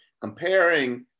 comparing